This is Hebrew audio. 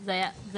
זה היה (ג).